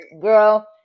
girl